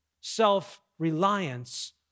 self-reliance